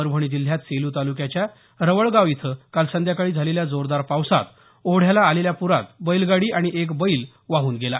परभणी जिल्ह्यात सेलू तालुक्याच्या खळगाव इथं काल संध्याकाळी झालेल्या जोरदार पावसात ओढ्याला आलेल्या प्रात बैलगाडी आणि एक बैल वाहन गेला